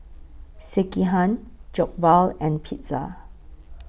Sekihan Jokbal and Pizza